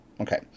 okay